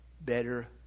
better